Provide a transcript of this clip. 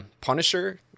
Punisher